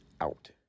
out